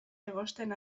egosten